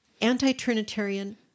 anti-Trinitarian